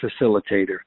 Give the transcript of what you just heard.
facilitator